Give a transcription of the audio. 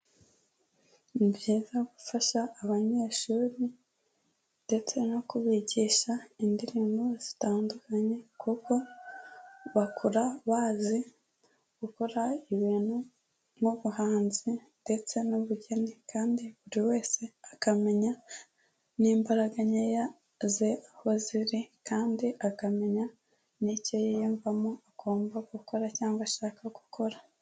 Ni byiza gufasha abanyeshuri ndetse no kubigisha indirimbo zitandukanye kuko bakura bazi gukora ibintu nk'ubuhanzi ndetse n'ubugeni, kandi buri wese akamenya n'imbaraga nkeya ze aho ziri, kandi akamenya n'icyo yiyumvamo agomba gukora cyangwa ashaka gukora.